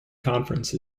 conference